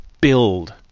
build